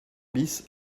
bis